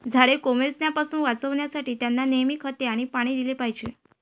झाडे कोमेजण्यापासून वाचवण्यासाठी, त्यांना नेहमी खते आणि पाणी दिले पाहिजे